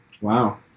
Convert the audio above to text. Wow